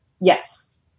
Yes